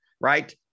right